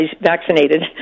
vaccinated